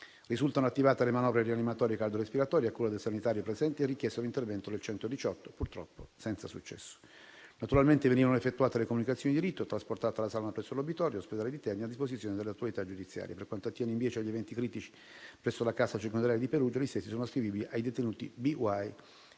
Risultano attivate le manovre rianimatorie e cardiorespiratorie a cura del sanitario presente e richiesto l'intervento del servizio sanitario del 118, purtroppo senza successo. Naturalmente venivano effettuate le comunicazioni di rito e poi trasportata la salma presso l'obitorio dell'ospedale di Terni a disposizione dell'autorità giudiziaria. Per quanto attiene, invece, agli eventi critici verificatesi presso la casa circondariale di Perugia, gli stessi sono ascrivibili ai detenuti B.Y.